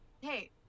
hey